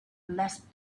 less